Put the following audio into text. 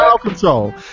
control